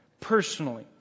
Personally